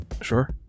Sure